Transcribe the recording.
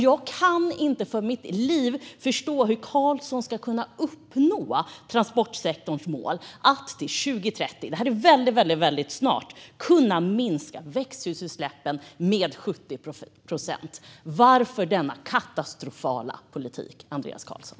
Jag kan inte för mitt liv förstå hur Carlson ska kunna uppnå transportsektorns mål att minska växthusgasutsläppen med 70 procent till år 2030 - väldigt snart. Varför denna katastrofala politik, Andreas Carlson?